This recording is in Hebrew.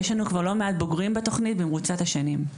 יש לנו כבר לא מעט בוגרים בתוכנית שלנו במרוצת השנים.